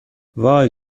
وای